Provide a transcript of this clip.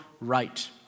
right